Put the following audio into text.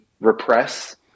repress